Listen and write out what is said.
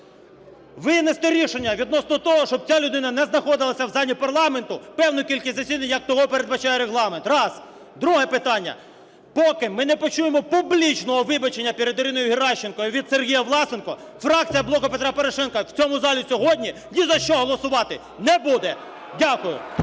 винести рішення відносно того, щоб ця людина не знаходилася в залі парламенту певну кількість засідань, як того передбачає Регламент. Раз. Друге питання. Поки ми не почуємо публічного вибачення перед Іриною Геращенко від Сергія Власенка, фракція "Блоку Петра Порошенка" в цьому залі сьогодні ні за що голосувати не буде! Дякую.